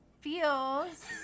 feels